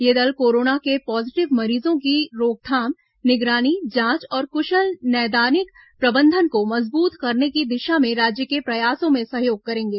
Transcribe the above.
ये दल कोरोना के पॉजिटिव मामलों की रोकथाम निगरानी जांच और कुशल नैदानिक प्रबंधन को मजबूत करने की दिशा में राज्य के प्रयासों में सहयोग करेंगे